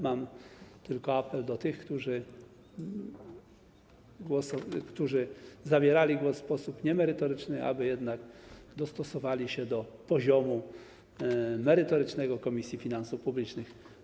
Mam tylko apel do tych, którzy zabierali głos w sposób niemerytoryczny, aby jednak dostosowali się do poziomu merytorycznego Komisji Finansów Publicznych.